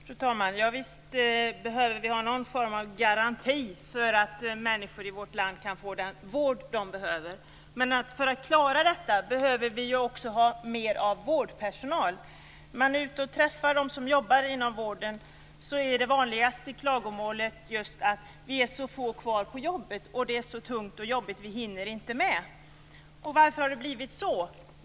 Fru talman! Javisst behöver vi någon form av garanti för att människor i vårt land skall kunna få den vård de behöver, men för att klara detta behöver vi också mer vårdpersonal. När man träffar dem som jobbar inom vården är det vanligaste klagomålet just att det är så få kvar på jobbet och att det är så tungt och jobbigt att de inte hinner med. Varför har det blivit så?